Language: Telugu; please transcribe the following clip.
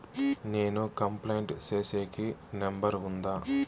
నేను కంప్లైంట్ సేసేకి నెంబర్ ఉందా?